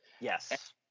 Yes